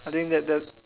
I think that the